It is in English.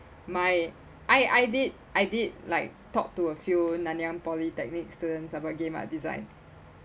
my I I did I did like talk to a few nanyang polytechnic students about game art design